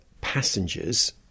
passengers